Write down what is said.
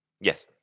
Yes